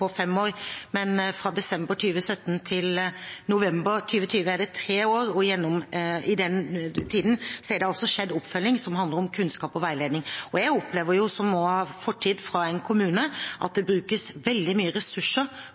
på fem år, men fra desember 2017 til november 2020 er det gått tre år, og i løpet av den tiden har det skjedd oppfølging som handler om kunnskap og veiledning. Jeg, som også har en fortid fra en kommune, opplever at det brukes veldig mye ressurser